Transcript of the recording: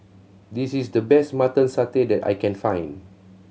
this is the best Mutton Satay that I can find